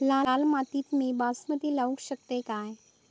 लाल मातीत मी बासमती लावू शकतय काय?